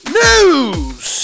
news